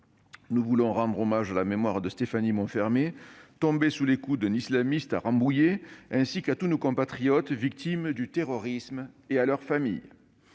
de rendre hommage à la mémoire de Stéphanie Monfermé, tombée sous les coups d'un islamiste à Rambouillet, ainsi qu'à tous nos compatriotes victimes du terrorisme et à leurs familles.